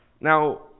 Now